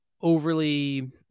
overly